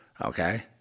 Okay